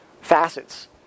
facets